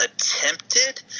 attempted